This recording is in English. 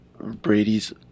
Brady's